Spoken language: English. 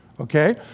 Okay